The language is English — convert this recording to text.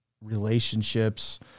relationships